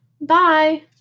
Bye